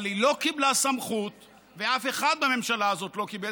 אבל היא לא קיבלה סמכות ואף אחד בממשלה הזאת לא קיבל